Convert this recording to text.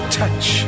touch